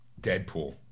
Deadpool